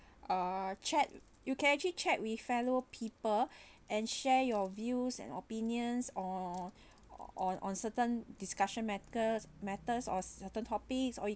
uh chat you can actually chat with fellow people and share your views and opinions or on on on certain discussion matters matters or certain topics or